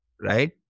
right